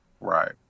right